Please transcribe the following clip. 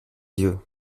yeux